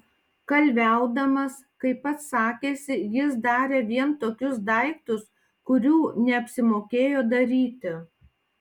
kalviaudamas kaip pats sakėsi jis darė vien tokius daiktus kurių neapsimokėjo daryti